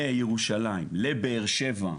לירושלים, לבאר שבע.